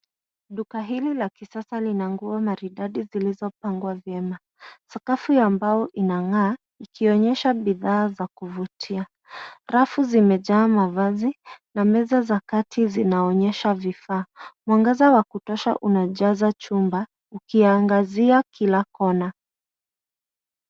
Duka hili la kisasa lina nguo maridadi zilizopangwa vyema. Sakafu ya mbao inang'aa ikionyesha bidhaa za kuvutia. Rafu zimejaa mavazi na meza za kati zinaonyesha vifaa. Mwangaza wa kutosha unajaza chumba ukiangazia kila kona.